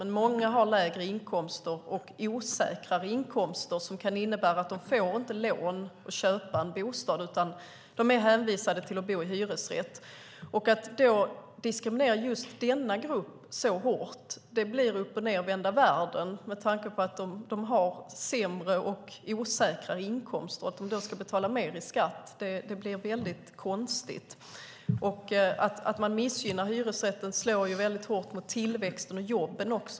Men många har lägre inkomster och osäkrare inkomster som kan innebära att de inte får lån för att köpa en bostad, utan de är hänvisade till att bo i hyresrätt. Att då diskriminera just denna grupp så hårt blir uppochnedvända världen med tanke på att de har sämre och osäkrare inkomster. Att de då ska betala mer i skatt blir väldigt konstigt. Och att man missgynnar hyresrätten slår hårt mot tillväxten och jobben.